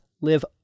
live